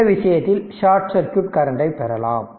இந்த விஷயத்தில் short circuit கரண்டை பெறலாம்